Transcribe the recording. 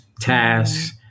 tasks